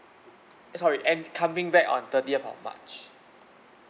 eh sorry and coming back on thirtieth of march